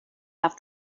have